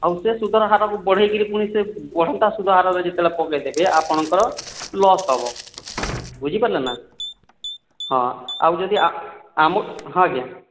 ଆଉ ସେ ସୁଧର ହାରକୁ ବଢ଼ାଇକିରି ପୁଣି ସେ ବଢ଼ନ୍ତା ସୁଧର ହାରରେ ଯେତେବେଳେ ପକାଇ ଦେବେ ଆପଣଙ୍କର ଲସ୍ ହେବ ବୁଝିପାରିଲେନା ହଁ ଆଉ ଯଦି ଆମ ହଁ ଆଜ୍ଞା